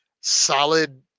solid